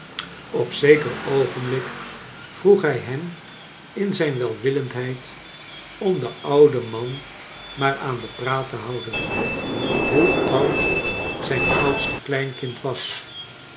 op zeker oogenblik vroeg hij hem in zijn welwillendheid om den ouden man ma ar aan de praat te houden y hoe oud zijn oudste kleinkind was